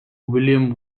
william